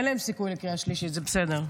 אין להם סיכוי בקריאה שלישית, זה בסדר.